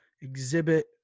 exhibit